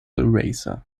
eraser